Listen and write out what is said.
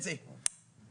את הסעיף, אני לא מתבלבלת.